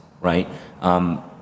right